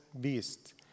beast